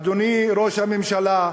אדוני ראש הממשלה,